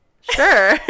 Sure